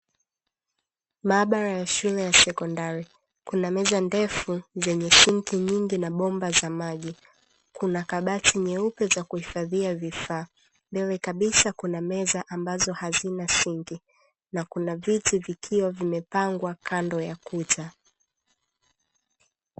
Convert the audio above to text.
Maaabara ya shule ya sekondari kuna meza ndefu zenye sinki nyingi na bomba za maji, kuna kabati nyeupe za kihifadhia vifaa, mbele kabisa kuna meza ambazo hazina sinki, na kuna viti vikiwa vimepangwa kando ya kuta.